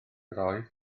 roedd